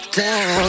down